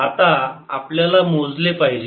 आता आपल्याला मोजले पाहिजे